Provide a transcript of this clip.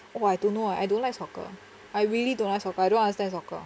oh I don't know eh I don't like soccer I really don't like soccer I don't understand soccer